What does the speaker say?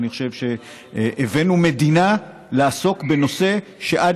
אני חושב שהבאנו מדינה לעסוק בנושא שעד